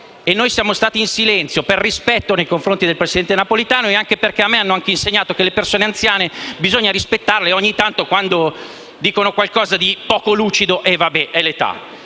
noi siamo stati in silenzio per rispetto nei confronti del presidente Napolitano e anche perché a me hanno insegnato che le persone anziane bisogna rispettarle e, ogni tanto, quando dicono qualcosa di poco lucido, bisogna lascia